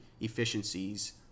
efficiencies